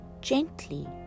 gently